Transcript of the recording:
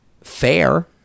fair